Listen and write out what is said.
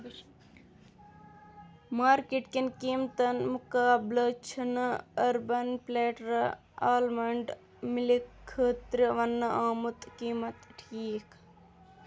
market کٮ۪ن قیٖمتن مُقابلہٕ چھِ نہٕ أربن پلیٹَر آلمنٛڈ مِلک خٲطرٕ وننہٕ آمُت قیٖمَت ٹھیٖک